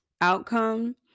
outcome